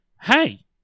hey